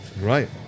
Right